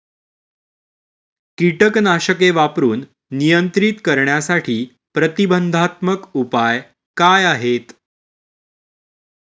कीटकनाशके वापरून नियंत्रित करण्यासाठी प्रतिबंधात्मक उपाय काय आहेत?